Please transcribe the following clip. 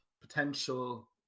potential